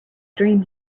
dream